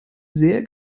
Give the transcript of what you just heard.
sehr